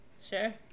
Sure